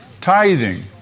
Tithing